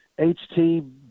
HT